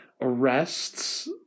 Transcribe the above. arrests